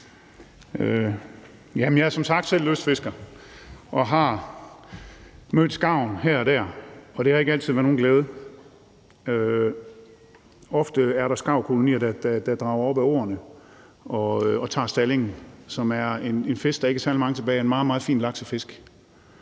Jeg er som sagt selv lystfisker og har mødt skarven her og der, og det har ikke altid været nogen glæde. Ofte er der skarvkolonier, der drager op ad åerne og tager stalling, som er en fisk, der ikke er særlig mange tilbage af, en meget, meget fin laksefisk,